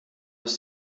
ist